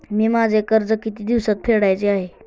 मी माझे कर्ज किती दिवसांत फेडायचे आहे?